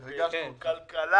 חוק ומשפט ובוועדת הכלכלה,